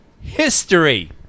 history